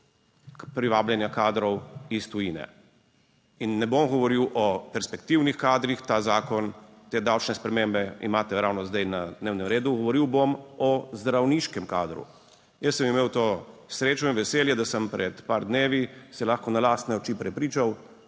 privabljanja kadrov iz tujine in ne bom govoril o perspektivnih kadrih. Ta zakon, te davčne spremembe imate ravno zdaj na dnevnem redu, govoril bom o zdravniškem kadru. Jaz sem imel to srečo in veselje, da sem pred par dnevi se lahko na lastne oči prepričal,